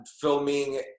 filming